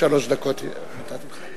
שלוש דקות נתתי לך.